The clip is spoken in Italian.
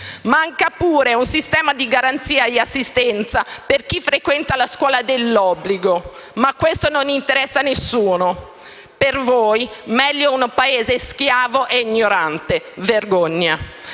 Manca pure un sistema di garanzia e assistenza per chi frequenta la scuola dell'obbligo. Ma questo non interessa a nessuno. Per voi meglio un Paese schiavo e ignorante. Vergogna.